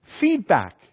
Feedback